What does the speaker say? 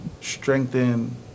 strengthen